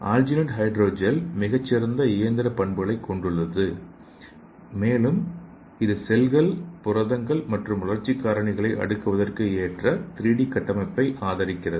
alginate hydro gel மிகச் சிறந்த இயந்திர பண்புகளைக் கொண்டுள்ளது மேலும் இது செல்கள் புரதங்கள் மற்றும் வளர்ச்சி காரணிகளை அடுக்குவதற்கு ஏற்ற 3D கட்டமைப்பை ஆதரிக்கிறது